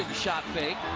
shot fake.